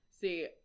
See